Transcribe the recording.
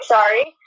Sorry